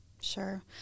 Sure